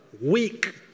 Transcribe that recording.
weak